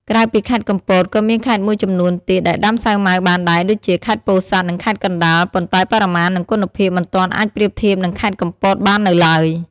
ក្រៅពីខេត្តកំពត ក៏មានខេត្តមួយចំនួនទៀតដែលដាំសាវម៉ាវបានដែរ ដូចជា ខេត្តពោធិ៍សាត់ និង ខេត្តកណ្ដាល ប៉ុន្តែបរិមាណនិងគុណភាពមិនទាន់អាចប្រៀបធៀបនឹងខេត្តកំពតបាននៅឡើយ។